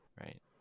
right